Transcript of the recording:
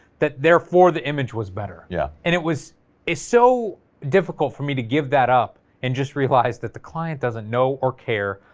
that therefore the image was better, yeah, and it was it's so difficult for me to give that up, and just realize that the client doesn't know or care,